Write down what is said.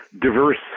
diverse